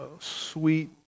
sweet